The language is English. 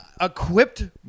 equipped